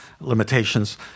limitations